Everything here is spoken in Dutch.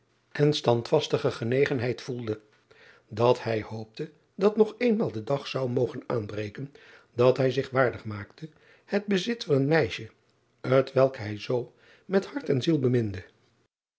en standvastige genegenheid voedde dat hij hoopte dat nog eenmaal de dag zou mogen aanbreken dat hij zich waardig maakte het bezit van een meisje t welk hij zoo met hart en ziel beminde